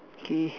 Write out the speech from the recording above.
okay